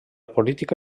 política